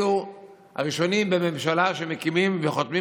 אלה הראשונים בממשלה שמקימים וחותמים